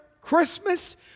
Christmas